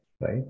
Right